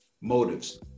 motives